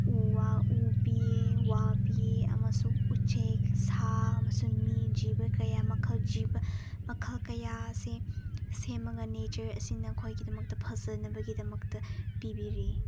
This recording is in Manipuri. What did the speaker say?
ꯎ ꯋꯥ ꯎ ꯄꯤꯌꯦ ꯋꯥ ꯄꯤꯌꯦ ꯑꯃꯁꯨꯡ ꯎꯆꯦꯛ ꯁꯥ ꯑꯃꯁꯨꯡ ꯃꯤ ꯖꯤꯕ ꯀꯌꯥ ꯃꯈꯜ ꯖꯤꯕ ꯃꯈꯜ ꯀꯌꯥ ꯑꯁꯤ ꯁꯦꯝꯃꯒ ꯅꯦꯆꯔ ꯑꯁꯤꯅ ꯑꯩꯈꯣꯏꯒꯤꯗꯃꯛꯇ ꯐꯖꯅꯕꯒꯤꯗꯃꯛꯇ ꯄꯤꯕꯤꯔꯤ